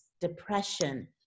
depression